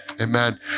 Amen